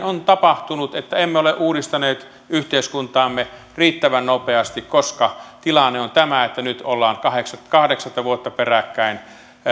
on tapahtunut että emme ole uudistaneet yhteiskuntaamme riittävän nopeasti koska tilanne on tämä että nyt kahdeksatta vuotta peräkkäin